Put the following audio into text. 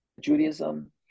Judaism